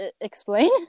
Explain